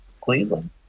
Cleveland